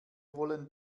wollen